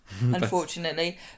Unfortunately